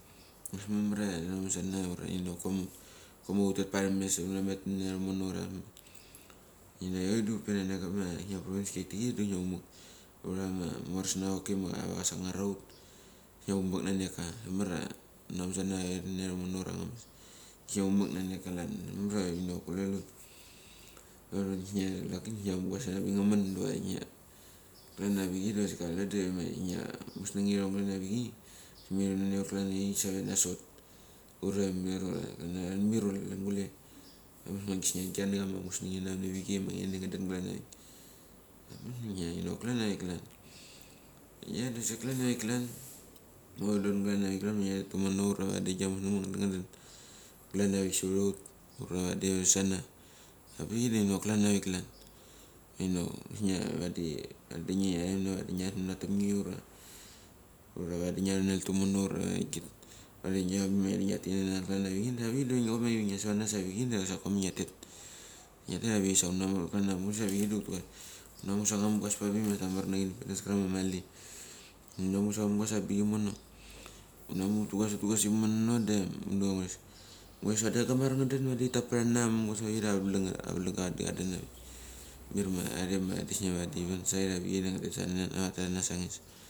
Ambas mamria ia tinamasana ura koma hutet parames hunamet nania tumno. Inak irik hupe nanek kama provinskiatic kisma hupe nanak hura amorpasnacha ma kasangar ahut kisnia humek naneka, ambas mamar huna masana huren nania irimono ura angambas. Kisnia hupe nanek ka klan hundrainok kulel hut, laki da kisnia amugas abik ngamen diva klan avichei diva saka amusneng irong avichei miru nanekhut klandeirik suhut save nasot ura mer ura mir ura kulan gule. Angabas klan kinia nama musnengini avichei ma ngini nga denklanavik. Ambas da inok klanavik klan, ia da sok klan avik klan. Hudon avik klan ma ngiaret tumono ura vadi gia musneng ma vadi ngaden klanavik savara hut vadi husana. Avichei dok klan avik klan, ma inok kisnia vadi klanbe vadi manatinge ura vadi ngiaronel tumono ur agia abik ma vadi ngiarikina nanget klan avichei da vik do kokma nge savanas avichei do sok koma nge tat. Nge tat avik savono, klana muchas avik hunamu sa anga mungas ba bik ma stamar na indipendens klan ma mali, hunamu sa angu mungas klan ma mali. Hunamu hutugas hutugas in mono de nguna angures. Ngures vadi anga gamar nga den vadi tit taprana sok a vicheidoki vadi avanga kaden avik, mir ma are ma vadi tiwansait avichei ura tatrana sangis.